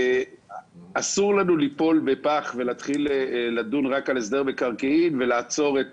אסור לנו ליפול בפח ולהתחיל לדון רק על הסדר מקרקעין ולעצור את